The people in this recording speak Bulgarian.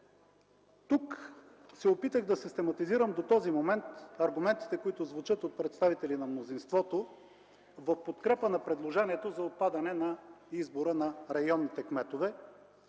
Тук се опитах да систематизирам до този момент аргументите, които звучат от представители на мнозинството, в подкрепа на предложението за отпадане на избора на районните кметове.